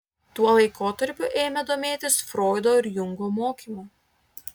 tuo laikotarpiu ėmė domėtis froido ir jungo mokymu